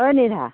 ঐ নিধা